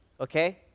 Okay